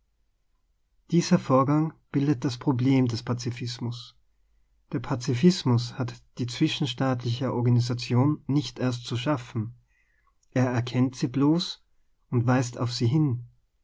r vorgang bildet das problem des pazifismus der pazifismus hat die zwischenstaatliche organisation nicht erst zu schaffen er erkennt sie bloß und weist auf sie hin